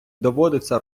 доводиться